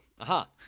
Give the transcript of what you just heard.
aha